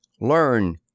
Learn